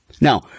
Now